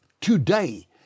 today